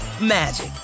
magic